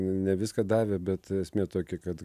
ne viską davė bet esmė tokia kad